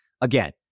Again